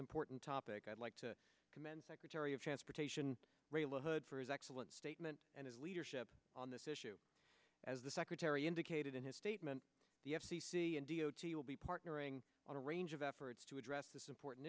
important topic i'd like to commend secretary of transportation ray la hood for his excellent statement and his leadership on this issue as the secretary indicated in his statement the f c c and d o t will be partnering on a range of efforts to address this important